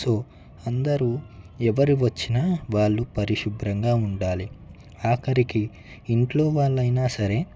so అందరు ఎవరు వచ్చినా వాళ్ళు పరిశుభ్రంగా ఉండాలి ఆఖరికి ఇంట్లోవాళ్ళు అయినా సరే